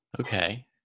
Okay